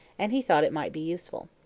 and he thought it might be useful.